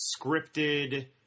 scripted